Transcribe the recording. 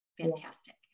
Fantastic